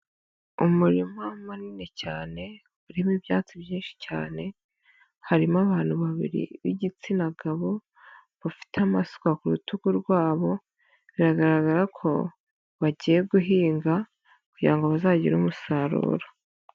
Umurima munini cyane urimo ibyatsi byinshi cyane, harimo abantu babiri b'igitsina gabo bafite amasuka ku rutugu rwabo, biragaragara ko bagiye guhinga kugira ngo bazagire umusaruro.